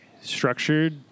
structured